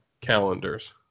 calendars